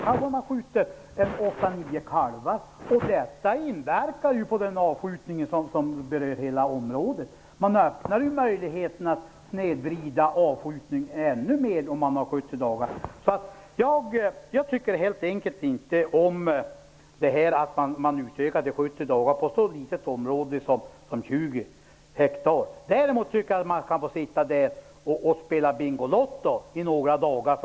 Man kanske skjuter åtta nio kalvar. Detta inverkar ju på hela områdets avskjutning. Man öppnar möjligheterna att snedvrida avskjutningen ändå mer. Jag tycker helt enkelt inte om att man utökar till 70 dagar på ett så litet område som 20 Däremot tycker jag att man kan få sitta där och spela bingolotto i några dagar.